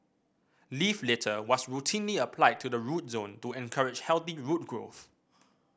leaf litter was routinely applied to the root zone to encourage healthy root growth